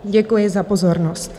Děkuji za pozornost.